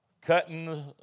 cutting